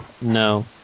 No